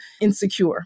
insecure